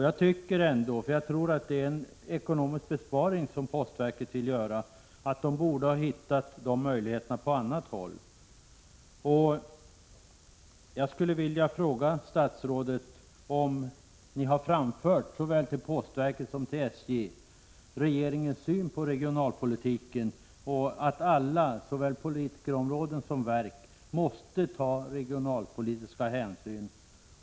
Jag tror att det är en ekonomisk besparing som postverket vill göra, och de möjligheterna borde man ha kunnat hitta på annat håll. Jag skulle vilja fråga statsrådet om han såväl till postverket som till SJ har framfört regeringens syn på regionalpolitiken och påpekat att alla, såväl politiker som verk, måste ta regionalpolitiska hänsyn.